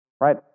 Right